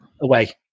away